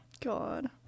God